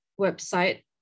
website